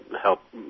Help